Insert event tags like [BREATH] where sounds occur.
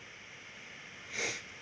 [BREATH]